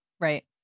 Right